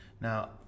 Now